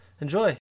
enjoy